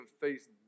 face